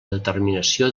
determinació